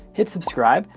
hit subscribe,